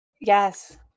Yes